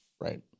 Right